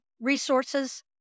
resources